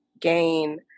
gain